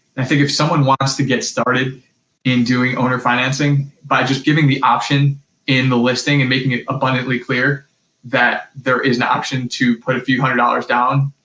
i think if someone wants to get started in doing owner financing, by just giving the option in the listing and making it abundantly clear that there is an option to put a few hundred dollars down,